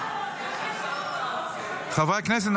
חברי הכנסת,